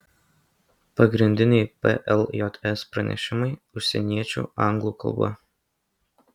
pagrindiniai pljs pranešimai užsieniečių anglų kalba